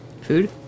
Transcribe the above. Food